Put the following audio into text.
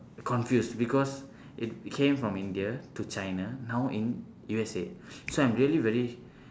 confuse because it came from india to china now in U_S_A so I'm really very